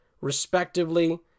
respectively